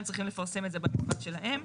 הם צריכים לפרסם את זה במפרט שלהם.